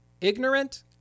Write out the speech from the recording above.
ignorant